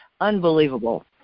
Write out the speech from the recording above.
Unbelievable